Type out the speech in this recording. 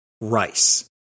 rice